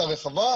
הרחבה,